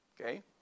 Okay